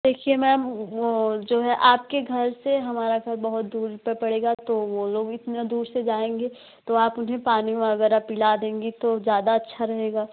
देखिए मैम वह जो है आपके घर से हमारा घर बहुत दूर पर पड़ेगा तो वह लोग भी इतना दूर से जाएँगे तो आप मुझे पानी वग़ैरह पिला देंगी तो ज़्यादा अच्छा रहेगा